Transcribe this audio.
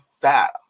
fat